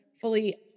fully